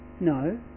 no